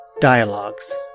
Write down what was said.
Dialogues